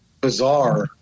bizarre